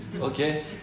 Okay